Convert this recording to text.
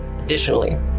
Additionally